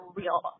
real